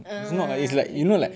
ah okay